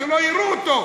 שלא יראו אותו.